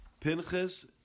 Pinchas